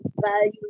value